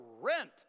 rent